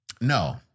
No